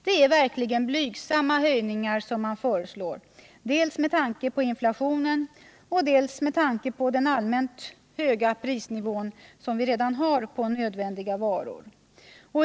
Det är verkligen blygsamma höjningar man föreslår, dels med tanke på inflationen, dels med tanke på den allmänt höga prisnivån på nödvändiga varor.